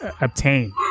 obtain